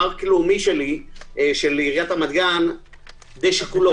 הפארק לאומי של עיריית רמת-גן הוא דשא כולו.